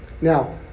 Now